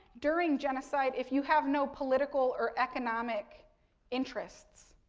during genocide, if you have no political or economic interests.